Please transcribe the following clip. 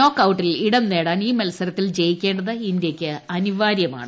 നോക്കൌട്ടിൽ ഇടംനേടാൻ ഈ മത്സരത്തിൽ ജയിക്കേണ്ടത് ഇന്ത്യയ്ക്ക് അനിവാര്യമാണ്